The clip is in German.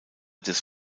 des